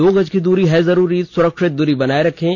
दो गज की दूरी है जरूरी सुरक्षित दूरी बनाए रखें